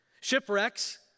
Shipwrecks